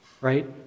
Right